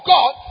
God